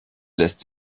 lässt